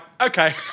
okay